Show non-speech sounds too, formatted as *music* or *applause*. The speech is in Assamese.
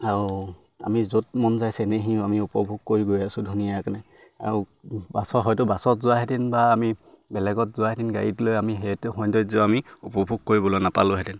আৰু আমি য'ত মন যায় *unintelligible* আমি উপভোগ কৰি গৈ আছোঁ ধুনীয়াকে আৰু বাছত হয়তো বাছত যোৱাহেঁতেন বা আমি বেলেগত যোৱা হেন গাড়ীটো লৈ আমি সেইটো সৌন্দৰ্য আমি উপভোগ কৰিবলৈ নাপালোঁহেতেন